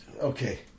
okay